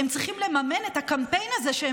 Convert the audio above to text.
הם צריכים לממן את הקמפיין הזה שהם